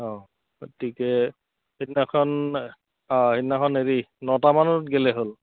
অঁ গতিকে সেইদিনাখন অঁ সেইদিনাখন হেৰি নটামানত গ'লে হ'ল